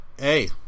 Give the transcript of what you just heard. hey